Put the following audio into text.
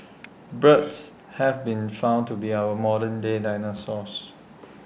birds have been found to be our modern day dinosaurs